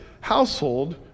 household